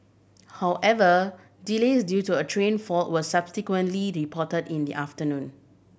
however delays due to a train fault were subsequently reported in the afternoon